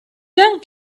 done